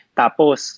tapos